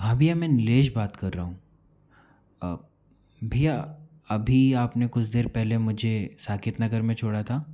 हाँ भैया मैं निलेश बात कर रहा हूँ भैया अभी आपने कुछ देर पहले मुझे साकेत नगर में छोड़ा था